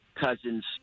cousin's